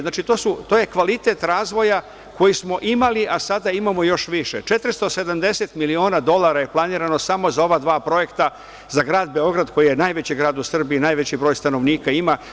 Znači to je kvalitet razvoja koji smo imali, a sada imamo još više, 470 miliona dolara je planirano samo za ova dva projekta za grad Beograd koji je najveći grad u Srbiji, najveći broj stanovnika ima.